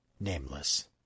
Nameless